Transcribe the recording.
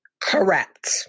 Correct